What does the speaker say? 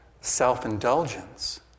self-indulgence